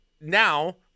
now